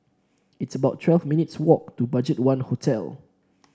it's about twelve minutes' walk to BudgetOne Hotel